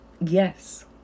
yes